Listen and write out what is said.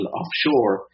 offshore